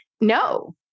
no